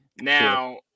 Now